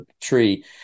tree